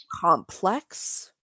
complex